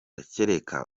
kereka